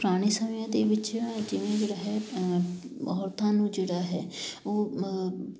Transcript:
ਪੁਰਾਣੇ ਸਮਿਆਂ ਦੇ ਵਿੱਚ ਜਿਵੇਂ ਜਿਹੜਾ ਹੈ ਔਰਤਾਂ ਨੂੰ ਜਿਹੜਾ ਹੈ ਉਹ